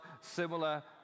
similar